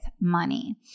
money